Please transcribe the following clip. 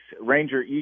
Ranger